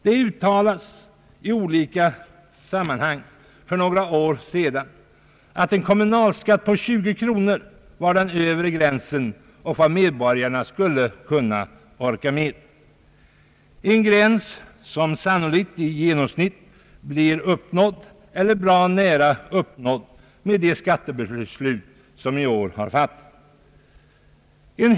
Det uttalades i olika sammanhang för några år sedan, att en kommunalskatt på 20 kronor var den övre gränsen och vad medborgarna skulle kunna orka med, en gräns som sannolikt genomsnittligt sett blir uppnådd eller bra nära uppnådd med de skattebeslut som i år har fattats.